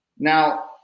Now